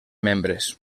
membres